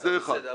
זה אחד.